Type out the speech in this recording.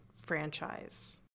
franchise